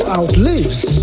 outlives